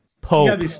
Pope